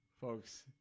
Folks